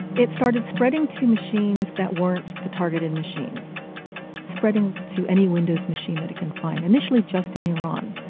it started spreading to machines that weren't the targeted machines spreading to any windows machine that it can find, initially just in iran.